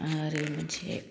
आरो